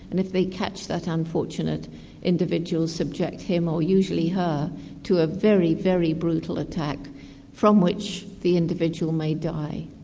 and if they catch that unfortunate individual, subject him or usually her to a very, very brutal attack from which the individual may die.